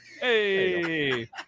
Hey